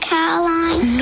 Caroline